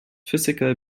physical